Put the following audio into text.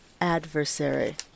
adversary